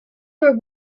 were